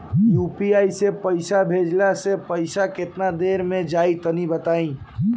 UPI से पईसा भेजलाऽ से पईसा केतना देर मे जाई तनि बताई?